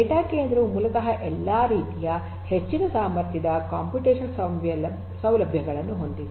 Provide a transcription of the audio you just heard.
data ಕೇಂದ್ರವು ಮೂಲತಃ ಎಲ್ಲಾ ರೀತಿಯ ಹೆಚ್ಚಿನ ಸಾಮರ್ಥ್ಯದ ಕಂಪ್ಯೂಟೇಶನಲ್ ಸೌಲಭ್ಯಗಳನ್ನು ಹೊಂದಿದೆ